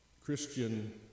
Christian